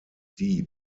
die